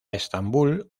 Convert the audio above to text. estambul